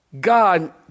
God